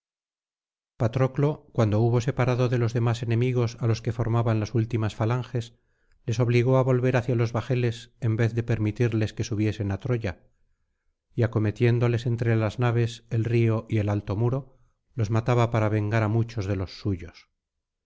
patroclo cuando hubo separado de los demás enemigos á los que formaban las últimas falanges les obligó á volver hacia los bajeles en vez de permitirles que subiesen á troya y acometiéndoles entre las naves el río y el alto muro los mataba para vengar á muchos de los suyos